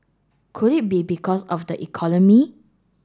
could it be because of the economy